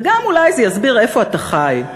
וגם אולי זה יסביר איפה אתה חי.